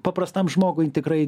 paprastam žmogui tikrai